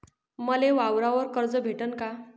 मले वावरावर कर्ज भेटन का?